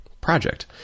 project